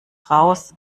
raus